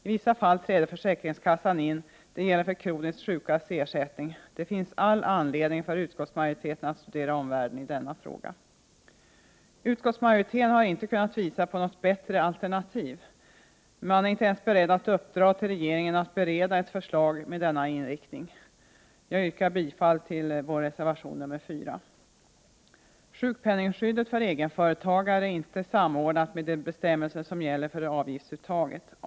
I vissa fall träder försäkringskassan in t.ex. vid ersättning till kroniskt sjuka. Det finns all anledning för utskottsmajoriteten att studera omvärlden i denna fråga. Utskottsmajoriteten har inte kunnat visa något bättre alternativ. Den är inte ens beredd att uppdra åt regeringen att utarbeta ett förslag med denna inriktning. Jag yrkar bifall till reservation nr 4. Sjukpenningskyddet för egenföretagare är inte samordnat med de bestämmelser som gäller för avgiftsuttaget.